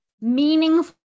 meaningful